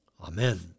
Amen